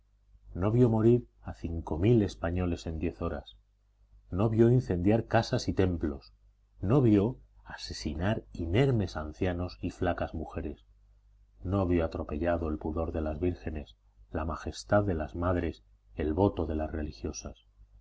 no vio morir a cinco mil españoles en diez horas no vio incendiar casas y templos no vio asesinar inermes ancianos y flacas mujeres no vio atropellado el pudor de las vírgenes la majestad de las madres el voto de las religiosas